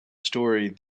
story